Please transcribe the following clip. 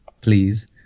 please